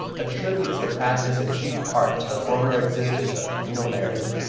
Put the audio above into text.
attributes the practice in chief part to the former existence of communal marriage,